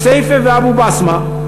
כסייפה ואבו-בסמה,